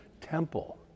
temple